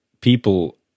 people